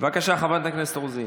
בוועדת החוץ והביטחון.